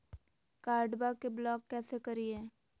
कार्डबा के ब्लॉक कैसे करिए?